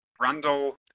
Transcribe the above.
Randall